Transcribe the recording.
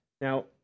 Now